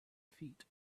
feet